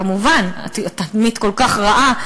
כמובן, התדמית כל כך רעה.